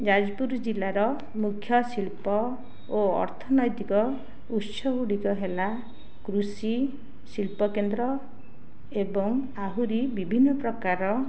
ଯାଜପୁର ଜିଲ୍ଲାର ମୁଖ୍ୟ ଶିଳ୍ପ ଓ ଅର୍ଥନୈତିକ ଉତ୍ସ ଗୁଡ଼ିକ ହେଲା କୃଷି ଶିଳ୍ପକେନ୍ଦ୍ର ଏବଂ ଆହୁରି ବିଭିନ୍ନପ୍ରକାର